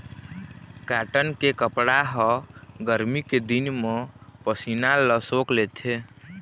cotton के कपड़ा ह गरमी के दिन म पसीना ल सोख लेथे